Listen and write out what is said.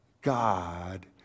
God